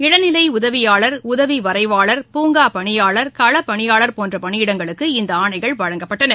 இளநிலை உதவியாளர் உதவி வரைவாளர் பூங்கா பணியாளர் களப்பணியாளர் போன்ற பணியிடங்களுக்கு இந்த ஆணைகள் வழங்கப்பட்டன